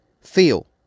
feel